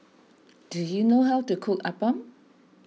do you know how to cook Appam